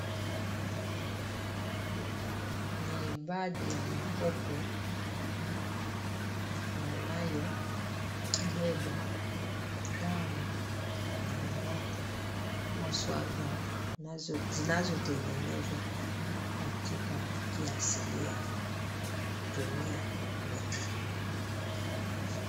Ni baadhi ya makopo yanayobeba dawa mbalimbali haswa zinazotengenezwa katika kiasilia kutumia miti kienyeji.